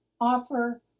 offer